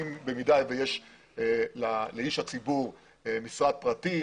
שבמידה ויש לאיש הציבור משרד פרטי,